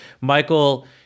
Michael